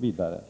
Vidare: